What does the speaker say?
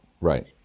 Right